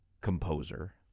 composer